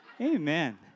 Amen